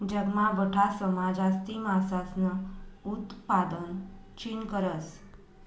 जगमा बठासमा जास्ती मासासनं उतपादन चीन करस